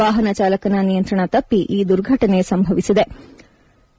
ವಾಹನ ಚಾಲಕನ ನಿಯಂತ್ರಣ ತಪ್ಪಿ ಈ ದುರ್ಘಟನೆ ಸಂಭವಿಸಿತು